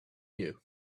you